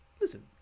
listen